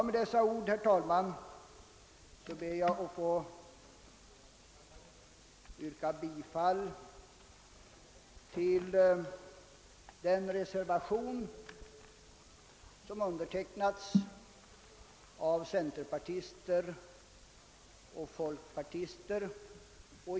Med dessa ord, herr talman, ber jag att få yrka bifall till den reservation som avgivits av centerpartister och folkpartister.